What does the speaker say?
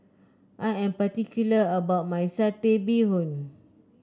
I am particular about my Satay Bee Hoon